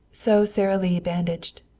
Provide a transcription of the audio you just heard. so sara lee bandaged,